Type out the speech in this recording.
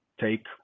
take